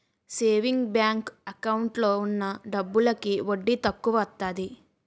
saving bank account లో ఉన్న డబ్బులకి వడ్డీ తక్కువత్తాది